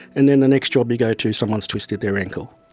and then the next job you go to someone's twisted their ankle.